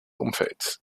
umfeld